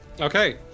Okay